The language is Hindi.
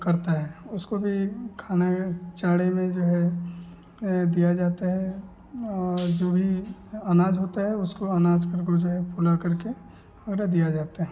करता है उसको भी खाना चारे में जो है दिया जाता है और जो भी अनाज होता है उसको अनाज को जो है फुलाकर के दिया जाता है